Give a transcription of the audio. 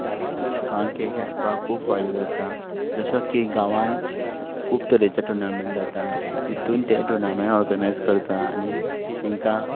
गांवांतल्या लोकांक खेळ खेळपाक खूब फायदो जाता जसो की गांवांत खूब तरेचे टॉर्नामेंट जातात तितूंत ते टॉर्नामेंट ऑर्गनायज करता आनी तेंकां